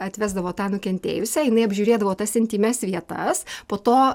atvesdavo tą nukentėjusią jinai apžiūrėdavo tas intymias vietas po to